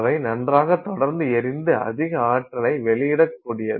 அவை நன்றாக தொடர்ந்து எரிந்து அதிக ஆற்றலை வெளியிட கூடியது